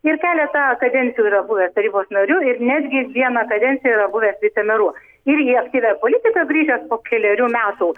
ir keletą kadencijų yra buvęs tarybos nariu ir netgi vieną kadenciją yra buvęs vicemeru ir į aktyvią politiką grįžęs po kelerių metų